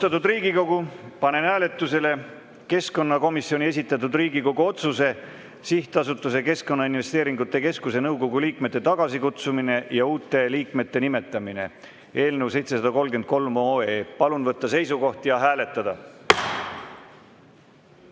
eelnõu 733. Palun võtta seisukoht ja hääletada!